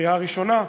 בקריאה הראשונה,